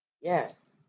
Yes